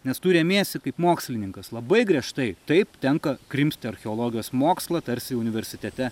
nes tu remiesi kaip mokslininkas labai griežtai taip tenka krimsti archeologijos mokslą tarsi universitete